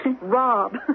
Rob